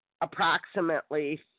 approximately